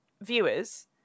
viewers